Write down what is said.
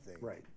Right